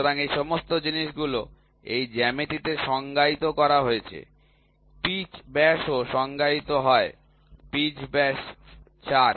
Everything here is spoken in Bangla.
সুতরাং এই সমস্ত জিনিসগুলি এই জ্যামিতিতে সংজ্ঞায়িত করা হয়েছে পিচ ব্যাসও সংজ্ঞায়িত হয় পিচ ব্যাস ৪